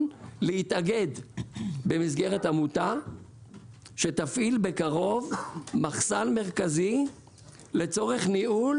להתאגד במסגרת עמותה שתפעיל בקרוב מחסן מרכזי לצורך ניהול